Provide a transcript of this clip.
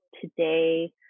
today